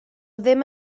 ddim